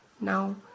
Now